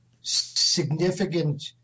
significant